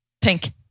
Pink